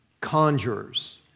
conjurers